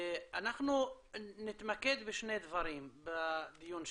אנחנו נתמקד בשני דברים ביום שלנו.